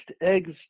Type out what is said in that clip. eggs